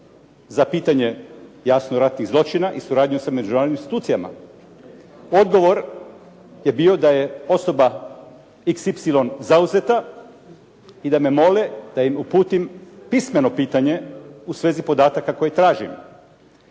za pitanje jasno raznih zločina i suradnju sa međunarodnim institucijama. Odgovor je bio da je osoba XY zauzeta i da me mole da im uputim pismeno pitanje u svezi podataka koje tražimo.